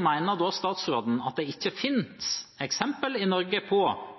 mener statsråden at det ikke finnes eksempel i Norge på